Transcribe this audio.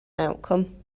outcome